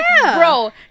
Bro